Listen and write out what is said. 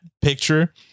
picture